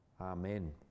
Amen